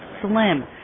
slim